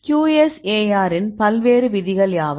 QSAR இன் பல்வேறு விதிகள் யாவை